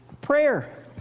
prayer